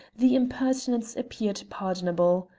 the impertinence appeared pardonable.